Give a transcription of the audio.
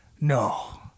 no